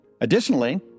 Additionally